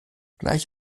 gleich